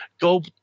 Go